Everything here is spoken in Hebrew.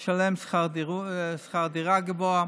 והם ישלמו שכר דירה גבוה.